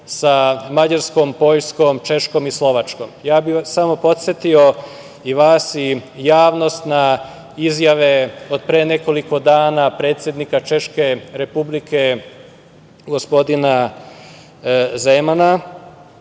sa Mađarskom, Češkom i Slovačkom? Ja bih vas samo podsetio i vas i javnost na izjave od pre nekoliko dana predsednika Češke Republike gospodina Zemana.